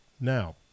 Now